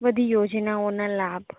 બધી યોજનાઓના લાભ